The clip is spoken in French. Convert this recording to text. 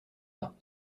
pas